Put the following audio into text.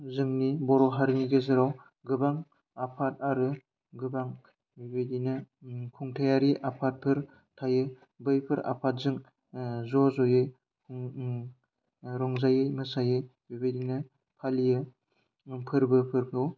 जोंनि बर' हारिनि गेजेराव गोबां आफाद आरो गोबां बिदिनो खुंथायारि आफादफोर थायो बैफोर आफादजों ज' ज'यै रंजायै मोसायै बेबायदिनो फालियो फोरबोफोरखौ